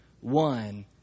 one